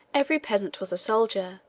every peasant was a soldier,